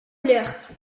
lucht